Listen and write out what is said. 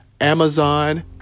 Amazon